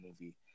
movie